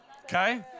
Okay